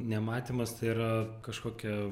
nematymas tai yra kažkokia